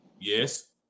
Yes